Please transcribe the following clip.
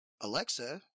Alexa